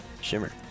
Shimmer